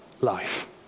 life